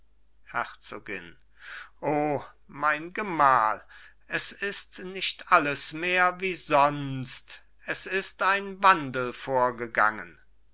herzogin o mein gemahl es ist nicht alles mehr wie sonst es ist ein wandel vorgegangen